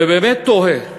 ובאמת תוהה,